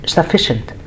sufficient